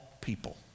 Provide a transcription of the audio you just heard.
people